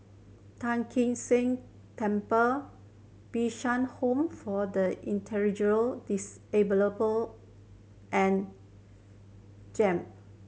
Tai Kak Seah Temple Bishan Home for the Intellectual Disabled and JEM